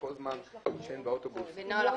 שכל זמן שאין באוטובוס --- בנוהל אכיפה.